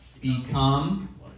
Become